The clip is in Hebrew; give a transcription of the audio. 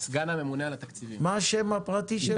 מה השם הפרטי שלו?